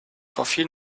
verfiel